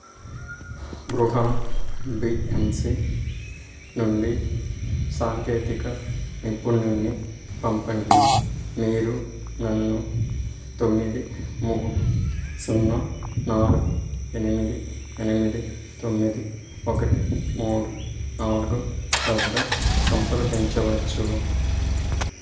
Brihan BMC నుండి సాంకేతిక నిపుణుడిని పంపండి మీరు నన్ను తొమ్మిది మూడు సున్నా నాలుగు ఎనిమిది ఎనిమిది తొమ్మిది ఒకటి మూడు నాలుగు వద్ద సంప్రదించవచ్చు